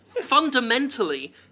fundamentally